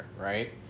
right